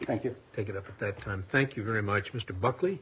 thank you take it up at that time thank you very much mr buckley